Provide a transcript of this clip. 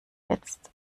jetzt